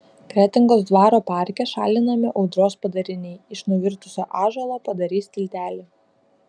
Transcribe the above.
kretingos dvaro parke šalinami audros padariniai iš nuvirtusio ąžuolo padarys tiltelį